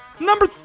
Number